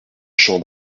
champ